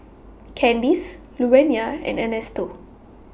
Candis Luvenia and Ernesto